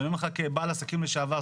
ואני אומר לך כבעל עסקים לשעבר,